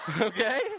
Okay